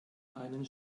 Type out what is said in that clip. einen